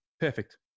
perfect